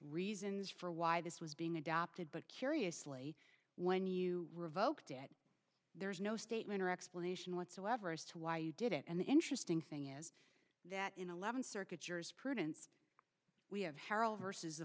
reasons for why this was being adopted but curiously when you revoked it there is no statement or explanation whatsoever as to why you did it and the interesting thing is that in eleven circuits years prudence we have harrell versus the